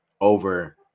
over